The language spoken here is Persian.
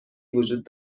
وجود